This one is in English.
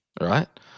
right